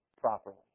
properly